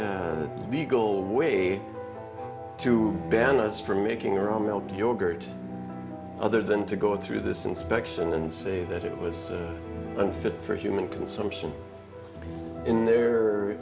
the legal way to ban us from making a yogurt other than to go through this inspection and say that it was unfit for human consumption in the